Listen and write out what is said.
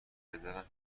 پدرم